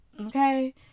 Okay